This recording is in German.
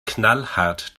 knallhart